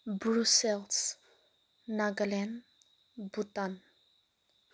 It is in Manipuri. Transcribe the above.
ꯕ꯭ꯔꯨꯁꯦꯜꯁ ꯅꯒꯥꯂꯦꯟ ꯕꯨꯇꯥꯟ